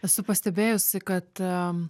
esu pastebėjusi kad